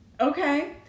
okay